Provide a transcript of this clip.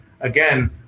again